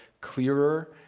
clearer